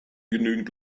genügend